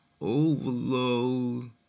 Overload